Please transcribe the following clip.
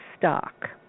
stock